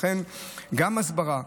לכן גם הסברה,